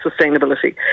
sustainability